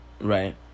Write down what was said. right